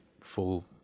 full